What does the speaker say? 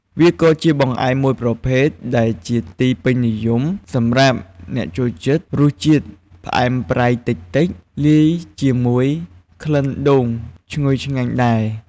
វាក៏ជាបង្អែមមួយប្រភេទដែលជាទីពេញនិយមសម្រាប់អ្នកចូលចិត្តរសជាតិផ្អែមប្រៃតិចៗ លាយជាមួយក្លិនដូងឈ្ងុយឆ្ងាញ់ដែរ។